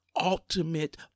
ultimate